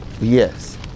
yes